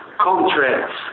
contracts